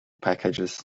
packages